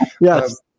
Yes